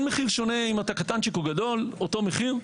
אין מחיר שונה אם אתה קטנצ'יק או גדול, אותו מחיר.